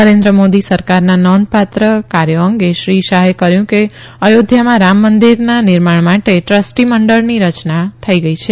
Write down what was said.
નરેન્દ્ર મોદી સરકારના આ નોંધ ાત્ર કાર્યો અંગે શ્રી શાહે કહથું કે અયોધ્યામાં રામ મંદિરના નિર્માણ માટે ટ્રસ્ટી મંડળની રચના થઇ ગઇ છે